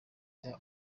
jya